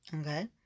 Okay